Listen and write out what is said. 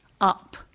up